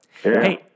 hey